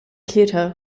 quito